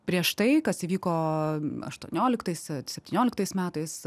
prieš tai kas įvyko aštuonioliktais septynioliktais metais